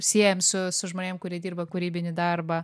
siejam su su žmonėm kurie dirba kūrybinį darbą